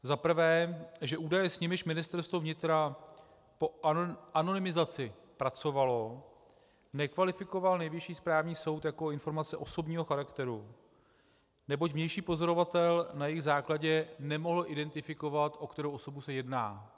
Za prvé, údaje, s nimiž Ministerstvo vnitra po anonymizaci pracovalo, nekvalifikoval Nejvyšší správní soud jako informace osobního charakteru, neboť vnější pozorovatel na jejich základě nemohl identifikovat, o kterou osobu se jedná.